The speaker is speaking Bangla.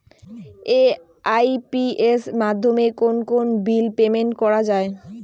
এ.ই.পি.এস মাধ্যমে কোন কোন বিল পেমেন্ট করা যায়?